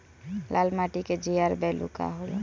लाल माटी के G R value होला?